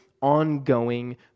ongoing